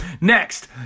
Next